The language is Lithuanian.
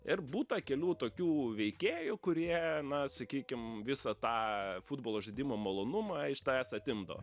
ir būta kelių tokių veikėjų kurie na sakykim visą tą futbolo žaidimo malonumą iš tavęs atimdavo